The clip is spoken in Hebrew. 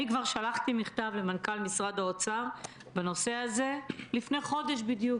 אני כבר שלחתי מכתב למנכ"ל משרד האוצר בנושא הזה לפני חודש בדיוק,